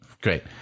Great